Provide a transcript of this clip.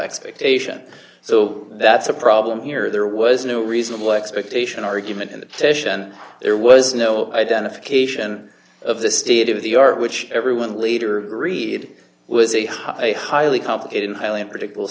expectation so that's a problem here there was no reasonable expectation argument in the station there was no identification of the state of the art which everyone leader reid was a high a highly complicated highly unpredictable